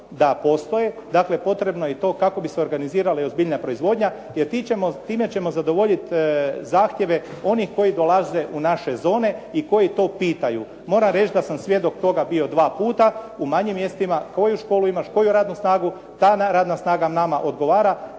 da postoje, dakle potrebno je i to kako bi se organizirala ozbiljnija proizvodnja jer time ćemo zadovoljiti zahtjeve onih koji dolaze u naše zone i koji to pitaju. Moram reći da sam svjedok toga bio dva puta u manjim mjestima koju školu imaš, koju radnu snagu, ta radna snaga nama odgovara